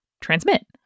transmit